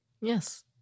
Yes